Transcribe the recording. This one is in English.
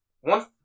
one